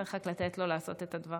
צריך רק לתת לו לעשות את הדברים.